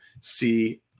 see